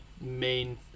main